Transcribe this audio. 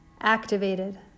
activated